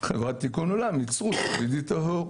חברת תיקון עולם ייצרו CBD טהור,